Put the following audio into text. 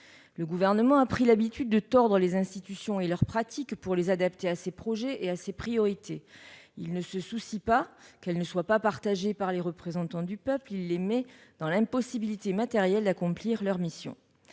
Le Gouvernement a pris l'habitude de tordre les institutions et leur pratique pour les adapter à ses projets et à ses priorités. Il ne se soucie pas que ces dernières ne soient pas partagées par les représentants du peuple, qu'il place dans l'impossibilité matérielle d'accomplir leur mission.